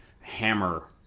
hammer